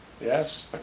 Yes